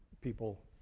people